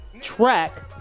track